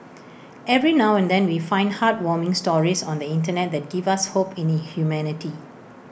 every now and then we find heartwarming stories on the Internet that give us hope in humanity